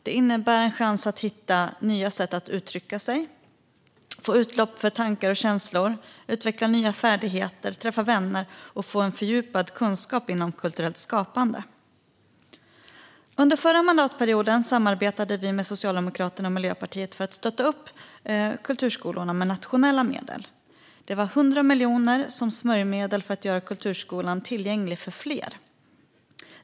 Det innebär en chans att hitta nya sätt att uttrycka sig, få utlopp för tankar och känslor, utveckla nya färdigheter, träffa vänner och få en fördjupad kunskap inom kulturellt skapande. Under den förra mandatperioden samarbetade vi med Socialdemokraterna och Miljöpartiet för att stötta upp kulturskolorna med nationella medel. Det var 100 miljoner som smörjmedel för att göra kulturskolan tillgänglig för fler.